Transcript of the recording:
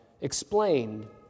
explained